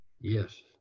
Yes